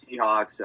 Seahawks